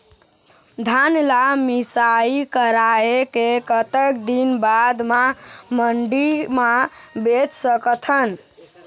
धान ला मिसाई कराए के कतक दिन बाद मा मंडी मा बेच सकथन?